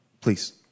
please